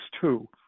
two